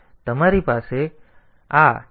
તેથી તમારી પાસે આ TL0 અને TH0 છે